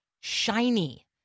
shiny